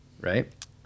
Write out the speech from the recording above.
Right